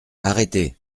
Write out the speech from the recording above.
arrêtez